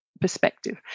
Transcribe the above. perspective